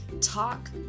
talk